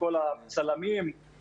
צלמים,